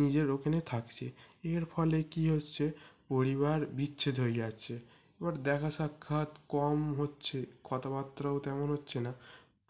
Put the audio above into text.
নিজের ওখানে থাকছে এর ফলে কি হচ্ছে পরিবার বিচ্ছেদ হয়ে যাচ্ছে এবার দেখা সাক্ষাৎ কম হচ্ছে কথা বাত্রাও তেমন হচ্ছে না